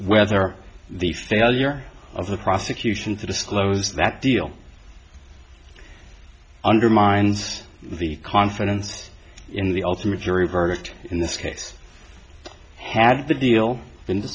whether the failure of the prosecution to disclose that deal undermines the confidence in the ultimate jury verdict in this case had the deal